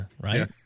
Right